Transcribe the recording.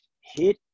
hit